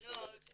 מנהל,